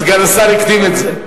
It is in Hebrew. אז סגן השר הקדים את זה.